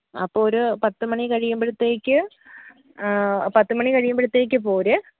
അപ്പോൾ ഒരു പത്ത് മണി കഴിയുമ്പോഴത്തേക്ക് പത്ത് മണി കഴിയുമ്പോഴത്തേക്ക് പോര്